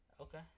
okay